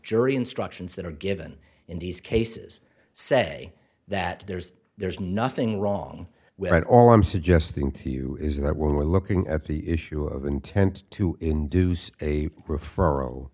jury instructions that are given in these cases say that there's there is nothing wrong with it all i'm suggesting to you is that we're looking at the issue of intent to induce a referral